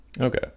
Okay